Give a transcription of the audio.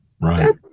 right